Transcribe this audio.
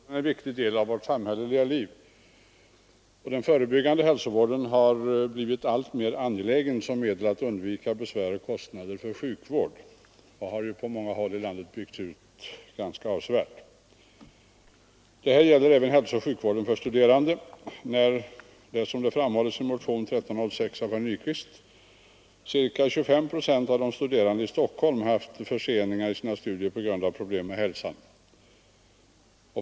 Fru talman! Hälsooch sjukvården är en viktig del av vårt samhälleliga liv. Den förebyggande hälsovården har blivit alltmer angelägen såsom ett medel att undvika besvär och kostnader för sjukvård och har på många håll i landet byggts ut ganska avsevärt. Detta gäller även hälsooch sjukvården för studerande. Som framhålls i motionen 1306 av herr Nyquist har ca 25 procent av de studerande i Stockholm haft förseningar i sina studier på grund av problem med hälsan.